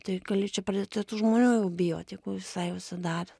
tai galėčiau pradėt ir tų žmonių bijot jeigu visai užsidarę